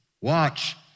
watch